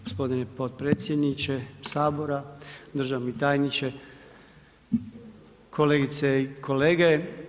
Gospodine potpredsjedniče Sabora, državni tajniče, kolegice i kolege.